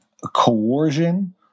Coercion